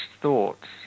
thoughts